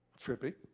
Trippy